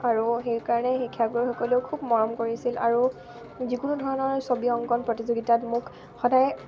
আৰু সেইকাৰণে শিক্ষাগুৰুসকলেও খুব মৰম কৰিছিল আৰু যিকোনো ধৰণৰ ছবি অংকন প্ৰতিযোগিতাত মোক সদায়